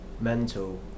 mental